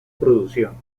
producciones